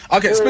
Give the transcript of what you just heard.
Okay